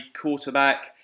quarterback